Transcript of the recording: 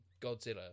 Godzilla